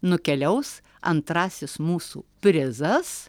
nukeliaus antrasis mūsų prizas